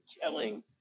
killing